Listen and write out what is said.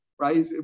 Right